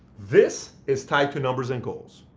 this is tied to numbers and goals.